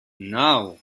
naŭ